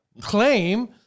claim